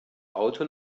auto